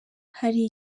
hari